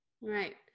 Right